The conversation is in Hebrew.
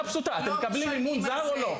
לא משלמים על זה,